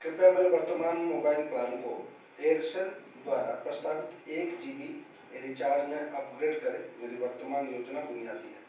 कृपया मेरे वर्तमान मोबाइल प्लान को एयरसेल द्वारा प्रस्तावित एक जी बी रिचार्ज में अपग्रेड करें मेरी वर्तमान योजना बुनियादी है